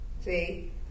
See